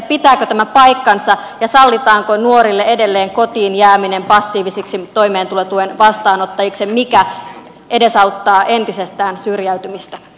pitääkö tämä paikkansa ja sallitaanko nuorille edelleen kotiin jääminen passiivisiksi toimeentulotuen vastaanottajiksi mikä edesauttaa entisestään syrjäytymistä